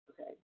Okay